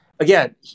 Again